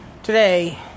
Today